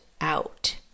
Out